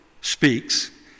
speaks